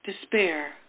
despair